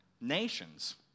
nations